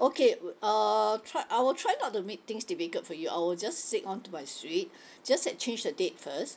okay uh try I wil try not to make things difficult for you I will just stick on to my suite just that change the date first